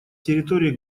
территории